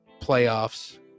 playoffs